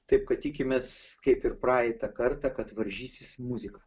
taip kad tikimės kaip ir praeitą kartą kad varžysis muzika